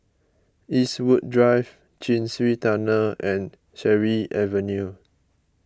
Eastwood Drive Chin Swee Tunnel and Cherry Avenue